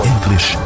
English